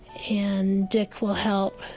and dink will help.